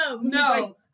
No